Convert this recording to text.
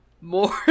More